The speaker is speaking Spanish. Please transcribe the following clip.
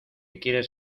quieres